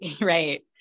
Right